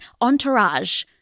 Entourage